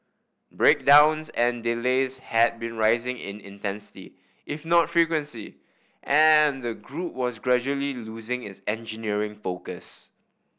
breakdowns and delays had been rising in intensity if not frequency and the group was gradually losing its engineering focus